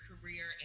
career